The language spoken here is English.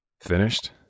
finished